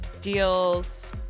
deals